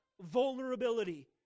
vulnerability